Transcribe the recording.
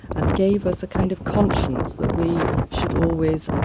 and gave us a kind of conscience that we should always,